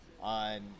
on